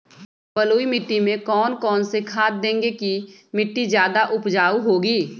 बलुई मिट्टी में कौन कौन से खाद देगें की मिट्टी ज्यादा उपजाऊ होगी?